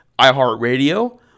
iHeartRadio